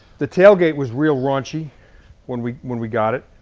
the tailgate was real raunchy when we when we got it.